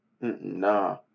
Nah